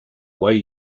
way